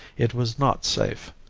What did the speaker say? it was not safe.